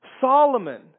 Solomon